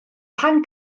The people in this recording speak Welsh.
pan